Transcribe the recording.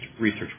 research